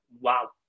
wow